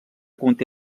conté